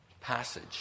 passage